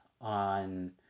on